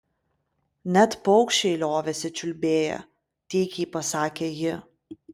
net paukščiai liovėsi čiulbėję tykiai pasakė ji